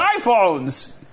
iPhones